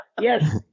yes